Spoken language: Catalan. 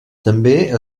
també